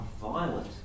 violent